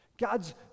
God's